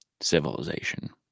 civilization